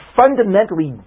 fundamentally